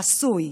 חסוי.